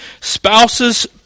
spouses